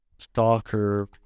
Stalker